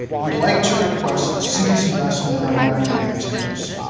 we'd like to request the city's investment in our marketing activities.